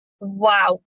wow